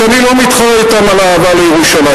שאני לא מתחרה אתם על אהבה לירושלים?